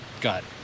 got